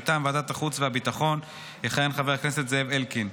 מטעם ועדת החוץ והביטחון יכהן חבר הכנסת זאב אלקין.